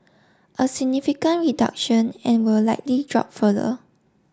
a significant reduction and will likely drop further